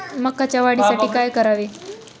मकाच्या वाढीसाठी काय करावे?